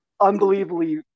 unbelievably